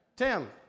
Tim